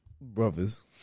brothers